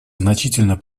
значительно